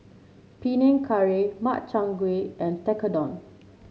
Panang Curry Makchang Gui and Tekkadon